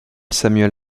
samuel